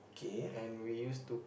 and we used to